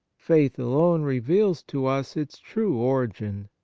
faith alone reveals to us its true origin.